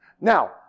Now